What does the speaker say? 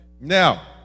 Now